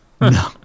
No